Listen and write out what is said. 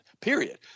period